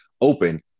open